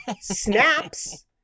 Snaps